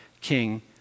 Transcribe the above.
King